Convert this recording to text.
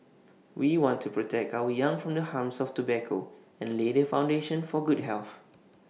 we want to protect our young from the harms of tobacco and lay the foundation for good health